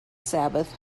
sabbath